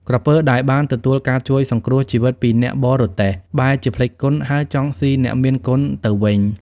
ក្រពើដែលបានទទួលការជួយសង្គ្រោះជីវិតពីអ្នកបរទេះ បែរជាភ្លេចគុណ ហើយចង់ស៊ីអ្នកមានគុណទៅវិញ។